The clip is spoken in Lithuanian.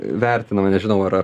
vertinama nežinau ar ar